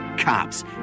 Cops